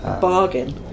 Bargain